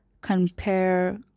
compare